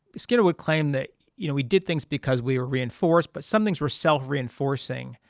skinner would claim that you know we did things because we were reinforced, but some things were self-reinforcing,